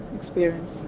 experience